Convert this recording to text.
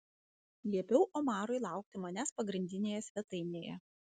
liepiau omarui laukti manęs pagrindinėje svetainėje